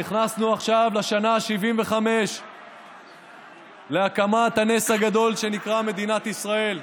נכנסנו עכשיו לשנת ה-75 להקמת הנס הגדול שנקרא מדינת ישראל.